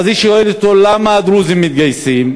ואז היא שואלת אותו: למה הדרוזים מתגייסים?